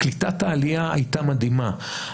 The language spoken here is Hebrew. קליטת העלייה הייתה מדהימה.